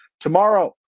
Tomorrow